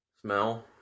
Smell